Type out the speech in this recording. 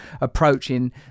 approaching